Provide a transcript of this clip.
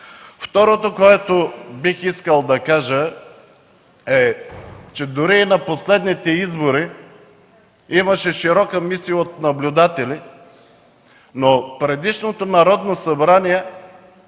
Второто, което бих искал да кажа е, че дори и на последните избори имаше широка мисия от наблюдатели, но предишното Народно събрание